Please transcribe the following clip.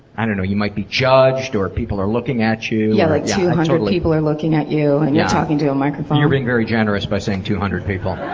i don't know, like you might be judged or people are looking at you. yeah, like two hundred people are looking at you and you're talking to a microphone. you're being very generous by saying two hundred people.